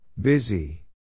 Busy